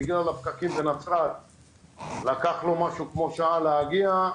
בגלל הפקקים בנצרת לקח לו משהו כמו שעה להגיע.